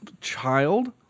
child